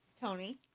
Tony